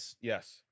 Yes